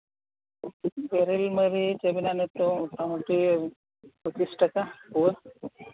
ᱵᱮᱨᱮᱞ ᱢᱟᱹᱨᱤᱪ ᱟᱵᱤᱱᱟᱜ ᱱᱤᱛᱚᱜ ᱢᱳᱴᱟᱢᱩᱴᱤ ᱯᱚᱸᱪᱤᱥ ᱴᱟᱠᱟ ᱯᱩᱣᱟᱹ